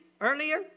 earlier